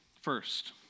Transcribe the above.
First